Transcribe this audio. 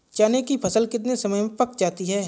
चने की फसल कितने समय में पक जाती है?